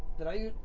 that. i